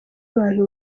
abantu